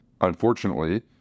Unfortunately